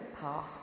path